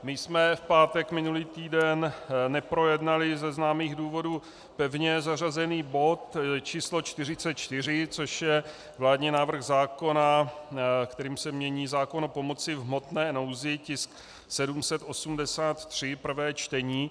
V pátek minulý týden jsme neprojednali ze známých důvodů pevně zařazený bod číslo 44, což je vládní návrh zákona, kterým se mění zákon o pomoci v hmotné nouzi, tisk 783, prvé čtení.